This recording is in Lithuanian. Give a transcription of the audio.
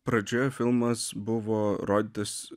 pradžioje filmas buvo rodytas